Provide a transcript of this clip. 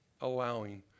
allowing